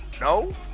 no